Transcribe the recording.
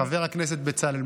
חבר הכנסת בצלאל,